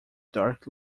dark